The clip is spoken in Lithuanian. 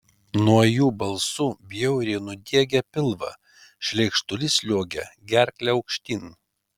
nuo jų balsų bjauriai nudiegia pilvą šleikštulys sliuogia gerkle aukštyn